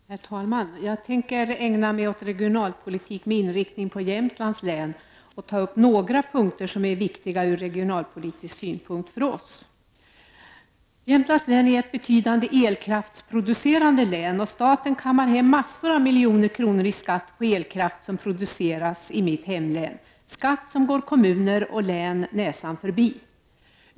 Herr talman! Jag tänker ägna mig åt regionalpolitik med inriktning på Jämtlands län och ta upp några punkter som är viktiga för oss ur regionalpolitisk synpunkt. Jämtlands län är ett betydande elkraftsproducerande län, och staten kammar hem massor av miljoner kronor i skatt på elkraft som produceras i mitt hemlän — skatt som går kommuner och län näsan förbi!